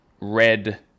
red